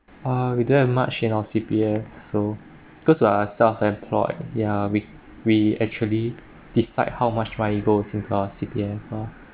uh we don't have much in our C_P_F so because we are self-employed yeah we we actually decide how much money to go into the C_P_F ah